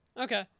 Okay